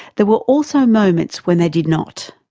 there were also moments when they did not.